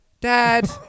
Dad